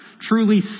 truly